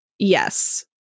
yes